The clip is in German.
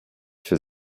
für